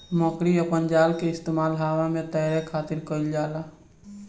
मकड़ी अपना जाल के इस्तेमाल हवा में तैरे खातिर कईल जाला